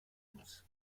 times